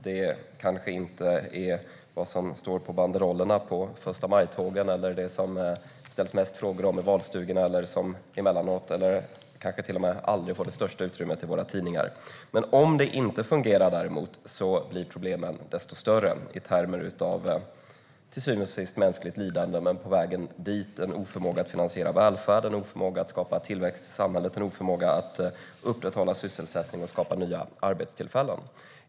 Det är kanske inte vad som står på banderollerna i första maj-tågen eller det som det ställs mest frågor om i valstugorna. Det är kanske till och med någonting som aldrig får det största utrymmet i våra tidningar. Om det däremot inte fungerar blir problemen desto större i termer av till syvende och sist mänskligt lidande, men på vägen dit en oförmåga att finansiera välfärden, en oförmåga att skapa tillväxt i samhället och en oförmåga att upprätthålla sysselsättning och skapa nya arbetstillfällen.